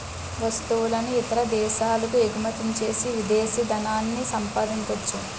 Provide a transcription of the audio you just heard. వస్తువులను ఇతర దేశాలకు ఎగుమచ్చేసి విదేశీ ధనాన్ని సంపాదించొచ్చు